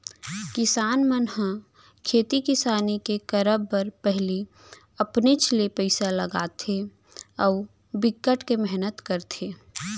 किसान मन ह खेती किसानी के करब बर पहिली अपनेच ले पइसा लगाथे अउ बिकट के मेहनत करथे